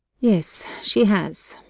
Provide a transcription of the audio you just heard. yes, she has.